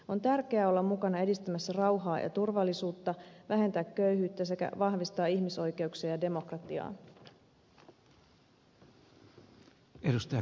on tärkeää olla mukana edistämässä rauhaa ja turvallisuutta vähentää köyhyyttä sekä vahvistaa ihmisoikeuksia ja demokratiaa